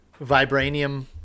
vibranium